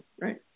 right